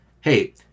hey